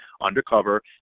undercover